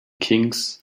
kings